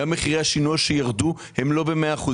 גם מחירי השינוע שירדו הם לא ירדו ב-100%,